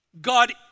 God